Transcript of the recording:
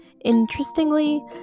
Interestingly